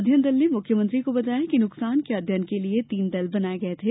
अध्ययन दल ने मुख्यमंत्री को बताया कि नुकसान के अध्ययन के लिये तीन दल बनाये गये थे